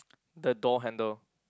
the door handle